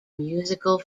musical